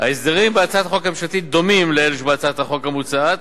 ההסדרים בהצעת החוק הממשלתית דומים לאלו שבהצעת החוק המוצעת.